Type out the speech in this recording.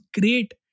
great